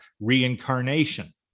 reincarnation